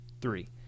three